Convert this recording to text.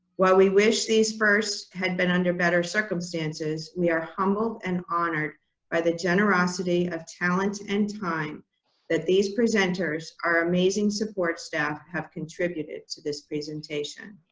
while we wish these firsts had been under better circumstances, we are humbled and honored by the generosity of talent and time that these presenters, our amazing support staff, have contributed to this presentation.